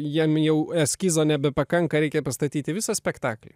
jam jau eskizo nebepakanka reikia pastatyti visą spektaklį